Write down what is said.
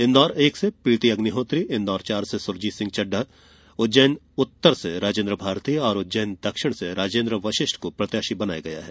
इन्दौर एक से प्रीति अग्निहोत्री इन्दौर चार से सुरजीत सिंह चड़डा उज्जैन उत्तर से राजेन्द्र भारती और उज्जैन दक्षिण से राजेन्द्र वशिष्ट को प्रत्याशी बनाया गया है